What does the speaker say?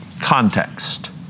context